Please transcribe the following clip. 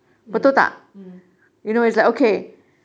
mm mm